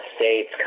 states